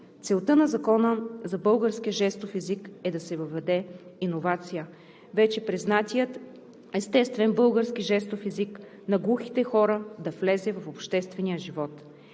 Целта на Закона за българския жестов език е да се въведе иновация, вече признатият естествен български жестов език на глухите хора да влезе в обществения живот.